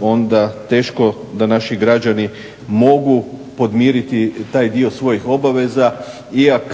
onda teško da naši građani mogu podmiriti taj dio svojih obaveza iako